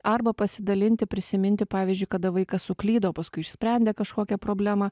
arba pasidalinti prisiminti pavyzdžiui kada vaikas suklydo o paskui išsprendė kažkokią problemą